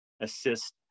assist